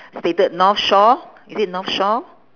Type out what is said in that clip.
stated north shore is it north shore